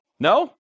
No